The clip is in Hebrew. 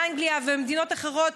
באנגליה ובמדינות אחרות,